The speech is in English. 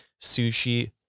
sushi